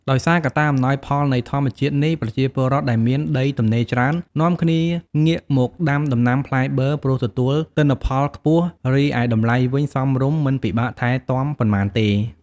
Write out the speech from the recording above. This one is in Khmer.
ដោយសារកត្តាអំណោយផលនៃធម្មជាតិនេះប្រជាពលរដ្ឋដែលមានដីទំនេរច្រើននាំគ្នាងាកមកដាំដំណាំផ្លែប័រ ព្រោះទទួលទិន្នផលខ្ពស់ រីឯតម្លៃវិញសមរម្យមិនពិបាកថែទាំប៉ុន្មានទេ។